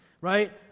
Right